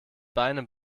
beine